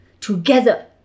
together